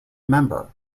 member